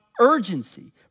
Urgency